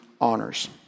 honors